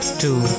two